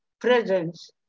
presence